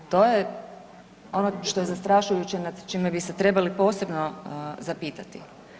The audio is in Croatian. To je ono što je zastrašujuće nad čime bi se trebali posebno zapitati.